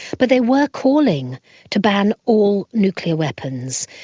but they were calling to ban all nuclear weapons.